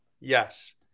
Yes